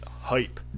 hype